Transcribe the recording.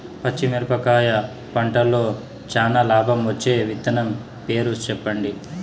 పచ్చిమిరపకాయ పంటలో చానా లాభం వచ్చే విత్తనం పేరు చెప్పండి?